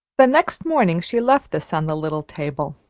the next morning she left this on the little table,